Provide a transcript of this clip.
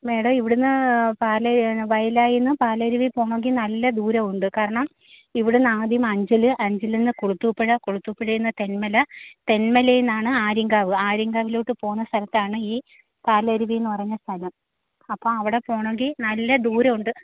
madam ഇവിടുന്ന് പാലാ വയലായിൽ നിന്ന് പാലരുവി പോകണമെങ്കിൽ നല്ല ദൂരം ഉണ്ട് കാരണം ഇവിടെ നിന്ന് ആദ്യം അഞ്ചല് അഞ്ചലിൽ നിന്ന് കുളത്തൂപ്പുഴ കുളത്തൂപ്പുഴയിൽ നിന്ന് തെന്മല തെന്മലയിൽ നിന്നാണ് ആര്യങ്കാവ് ആര്യങ്കാവിലോട്ട് പോകുന്ന സ്ഥലത്താണ് ഈ പാലരുവി എന്ന് പറഞ്ഞ സ്ഥലം അപ്പം അവടെ പോകണമെങ്കിൽ നല്ല ദൂരം ഉണ്ട്